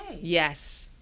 Yes